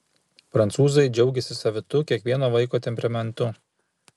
prancūzai džiaugiasi savitu kiekvieno vaiko temperamentu